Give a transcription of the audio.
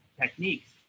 techniques